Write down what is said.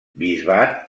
bisbat